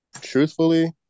Truthfully